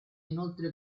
inoltre